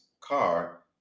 car